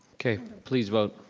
okay, please vote.